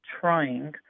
trying